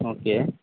okay